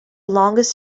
longest